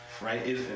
Right